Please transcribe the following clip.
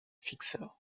fixer